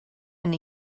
and